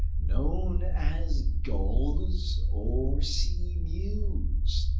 known as gulls or sea mews.